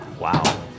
Wow